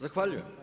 Zahvaljujem.